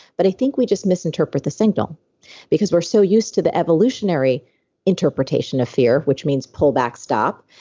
but i think we just misinterpret the signal because we're so used to the evolutionary interpretation of fear which means pull back, stop,